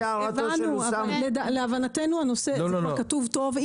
הבנו אבל להבנתנו הנושא כתוב טוב,